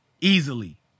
Easily